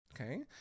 Okay